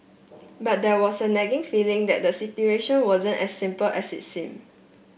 but there was a nagging feeling that the situation wasn't as simple as it seemed